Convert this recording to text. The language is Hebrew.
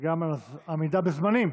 גם על העמידה בזמנים.